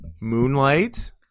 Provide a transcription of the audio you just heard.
moonlight